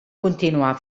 continuar